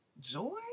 Joy